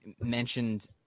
mentioned